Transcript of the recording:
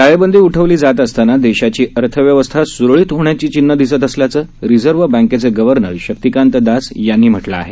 टाळेबंदी उठवली जात असताना देशाची अर्थव्यवस्था सुरळीत होण्याची चिन्हं दिसत असल्याचं रिझर्व बँकेचे गव्हर्नर शक्तीकांत दास यांनी म्हटलं आहे